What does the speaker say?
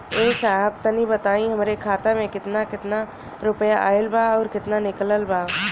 ए साहब तनि बताई हमरे खाता मे कितना केतना रुपया आईल बा अउर कितना निकलल बा?